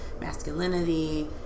masculinity